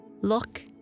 look